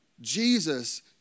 Jesus